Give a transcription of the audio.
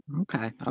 Okay